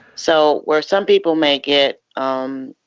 so where some people may get um